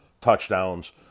touchdowns